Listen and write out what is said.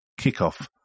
kickoff